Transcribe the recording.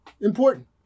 important